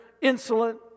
insolent